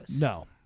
No